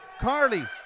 Carly